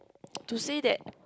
to say that